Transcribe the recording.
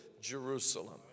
Jerusalem